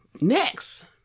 Next